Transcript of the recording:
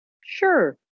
sure